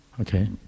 Okay